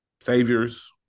saviors